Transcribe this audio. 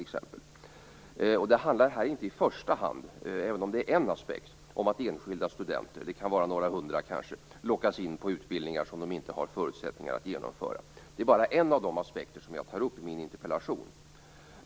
Det handlar här inte i första hand om - även om det är en aspekt - att enskilda studenter, kanske några hundra, lockas in på utbildningar som de inte har förutsättningar att genomföra. Det är bara en av de aspekter som jag tar upp i min interpellation.